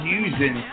using